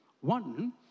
One